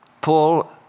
Paul